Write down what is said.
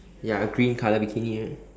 ya green colour bikini